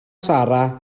sara